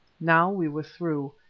now we were through,